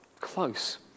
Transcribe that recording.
close